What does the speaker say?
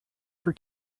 for